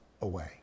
away